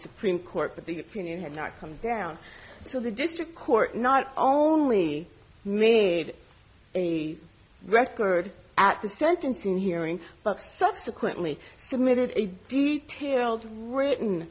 supreme court but the opinion had not come down to the district court not only made a record at the sentencing hearing but subsequently submitted a details written